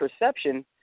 perception